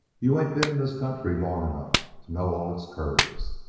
you-all ain't been in this country long enough to know all its curves.